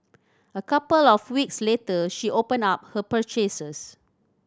a couple of weeks later she opened up her purchases